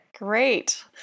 Great